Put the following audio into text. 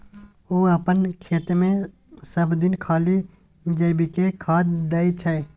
ओ अपन खेतमे सभदिन खाली जैविके खाद दै छै